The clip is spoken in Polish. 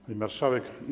Pani Marszałek!